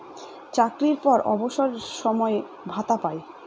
চাকরির পর অবসর সময়ে ভাতা পায়